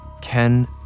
Ken